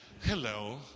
Hello